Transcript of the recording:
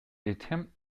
attempt